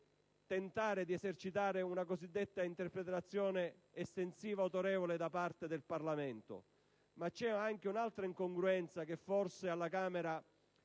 tentare di dare un'interpretazione estensiva autorevole da parte del Parlamento, ma c'è anche un'altra incongruenza che forse alla Camera